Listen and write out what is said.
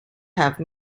have